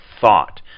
thought